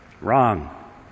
Wrong